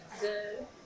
Good